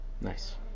nice